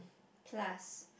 plus